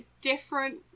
different